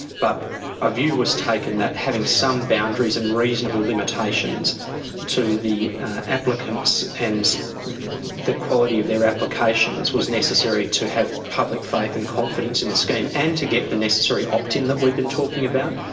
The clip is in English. but a view was taken that having some boundaries and reasonable limitations to the applicants and the quality of their applications was necessary to have public faith and confidence in the scheme and to get the necessary opt-in that we've been talking about.